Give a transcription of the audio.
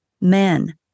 Men